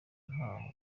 ntaho